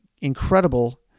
incredible